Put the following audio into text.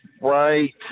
right